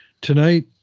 Tonight